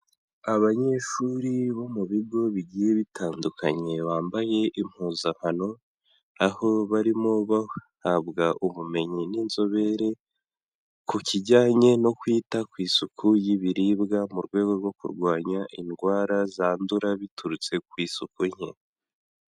Abanyeshuri bo mu bigo bigiye bitandukanye bambaye impuzankano, aho barimo bahabwa ubumenyi n'inzobere ku kijyanye no kwita ku isuku y'ibiribwa mu rwego rwo kurwanya indwara zandura biturutse ku isuku nke.